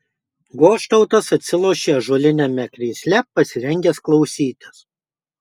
goštautas atsilošė ąžuoliniame krėsle pasirengęs klausytis